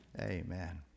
Amen